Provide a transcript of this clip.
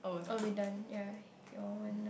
oh we're done ya you wanna